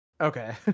Okay